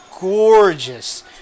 Gorgeous